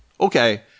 Okay